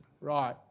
Right